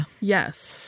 Yes